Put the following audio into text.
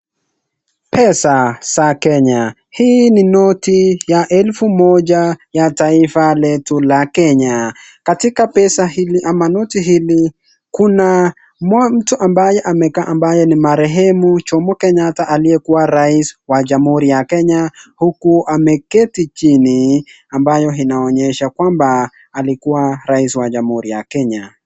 Pesa za Kenya. Hii ni noti ya elfu moja ya taifa letu la Kenya. Katika pesa hili ama noti hili kuna mtu ambaye amekaa, ambaye ni marehemu Jomo Kenyatta aliyekuwa rais wa jamhuri ya Kenya huku ameketi chini ambayo inaonyesha kwamba alikuwa rais wa jamhuri ya Kenya.